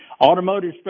Automotive